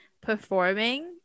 performing